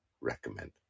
recommend